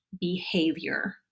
behavior